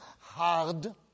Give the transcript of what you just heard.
hard